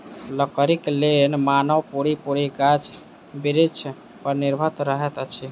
लकड़ीक लेल मानव पूरा पूरी गाछ बिरिछ पर निर्भर रहैत अछि